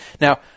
Now